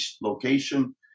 location